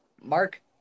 Mark